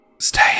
stay